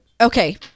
Okay